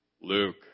Luke